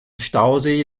stausee